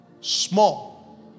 Small